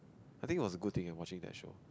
I think it was a good thing eh watching that show